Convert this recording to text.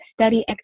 study